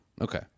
Okay